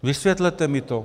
Vysvětlete mi to.